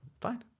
Fine